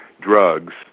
drugs